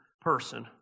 person